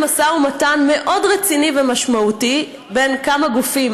משא ומתן מאוד רציני ומשמעותי בין כמה גופים,